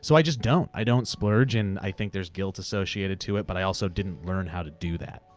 so i just don't, i don't splurge. and i think there's guilt associated to it. but i also didn't learn how to do that.